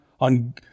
On